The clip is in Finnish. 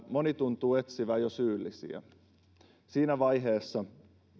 moni tuntuu etsivän jo syyllisiä siinä vaiheessa